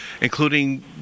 including